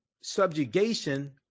subjugation